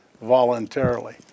voluntarily